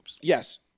Yes